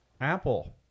Apple